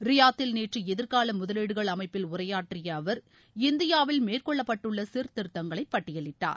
ரியாத்தில் நேற்று எதிர்கால முதவீடுகள் அமைப்பில் உரையாற்றிய அவர் இந்தியாவில் மேற்கொள்ளப்பட்டுள்ள சீர்திருத்தங்களை பட்டியலிட்டார்